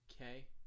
okay